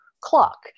clock